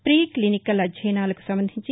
P clinical అధ్యయనాలకు సంబంధించి